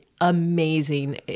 amazing